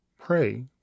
pray